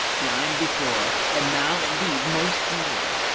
blind before, and now indeed most mad